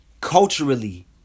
culturally